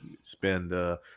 spend